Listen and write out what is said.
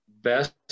best